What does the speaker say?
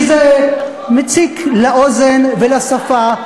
כי זה מציק לאוזן ולשפה,